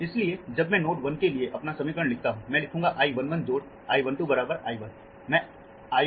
इसलिए जब मैं नोड 1 के लिए अपना समीकरण लिखता हूंमैं लिखूंगा I 1 1 जोड़ I 1 2 बराबर I 1